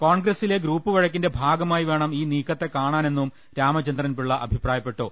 കോൺഗ്രസിലെ ഗ്രൂപ്പു വഴക്കിന്റെ ഭാഗമായി വേണം ഈ നീക്കത്തെ കാണാനെന്നും രാമചന്ദ്രൻപിള്ള അഭിപ്രാ യപ്പെട്ടു